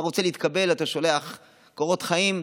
אתה רוצה להתקבל, אתה שולח קורות חיים,